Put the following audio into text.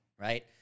right